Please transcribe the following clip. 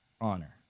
honor